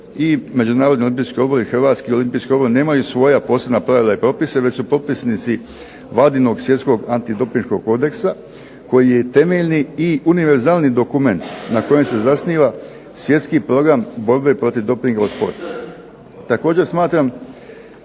i međunarodni olimpijski odbor i Hrvatski olimpijski odbor nema svoja pravila i propise već su potpisnici vladinog Svjetskog antidopinškog kodeksa koji je temeljni i univerzalni dokument na kojem se zasniva Svjetski program borbe protiv dopinga u sportu. Također smatram